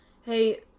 Hey